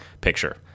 picture